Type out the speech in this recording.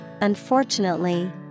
unfortunately